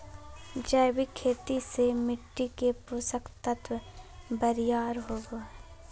जैविक खेती से मिट्टी के पोषक तत्व बरियार होवो हय